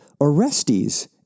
Orestes